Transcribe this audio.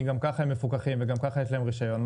כי גם ככה הם מפוקחים וגם ככה יש להם רישיון,